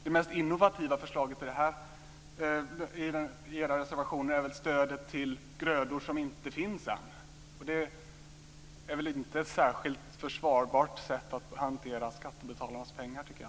Det mest innovativa förslaget i era reservationer är väl stödet till grödor som inte finns än. Det är väl inte ett särskilt försvarbart sätt att hantera skattebetalarnas pengar, tycker jag.